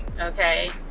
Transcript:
Okay